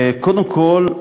קודם כול,